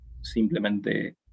simplemente